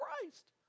Christ